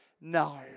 no